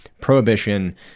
prohibition